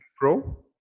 Pro